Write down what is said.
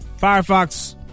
Firefox